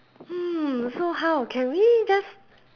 hmm so how can we just